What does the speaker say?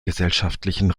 gesellschaftlichen